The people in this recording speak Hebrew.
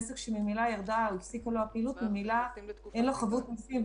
עסק שירדה או הפסיקה לו הפעילות ממילא אין לו חבות מסים.